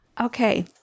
okay